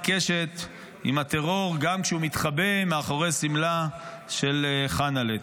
עיקשת עם הטרור גם כשהוא מתחבא מאחורי שמלה של חנה'לה.